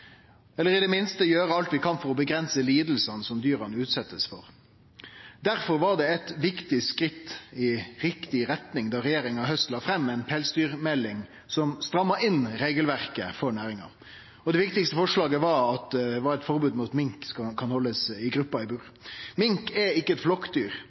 eller i det minste gjere alt vi kan for å avgrense lidingane dyra blir utsette for. Difor var det eit viktig skritt i riktig retning da regjeringa i haust la fram ei pelsdyrmelding som stramma inn regelverket for næringa. Det viktigaste forslaget var eit forbod mot at mink skulle kunne haldast i grupper i bur. Mink er ikkje eit flokkdyr,